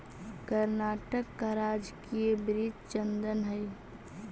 कर्नाटक का राजकीय वृक्ष चंदन हई